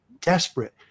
desperate